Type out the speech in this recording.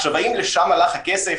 האם לשם הלך הכסף?